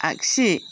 आगसि